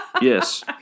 Yes